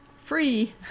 Free